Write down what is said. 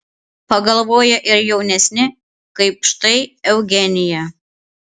pagalvoja ir jaunesni kaip štai eugenija